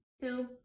two